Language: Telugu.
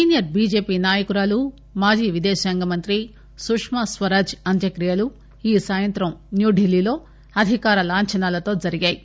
సీనియర్ బీజేపీ నాయకురాలు మాజీ విదేశాంగ మంత్రి సుష్మాస్వరాజ్ అంత్యక్రియలు ఈ సాయంత్రం న్యూఢిల్లీలో అధికార లాంఛనాలతో జరిగాయి